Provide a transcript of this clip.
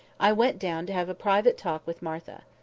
i went down to have a private talk with martha.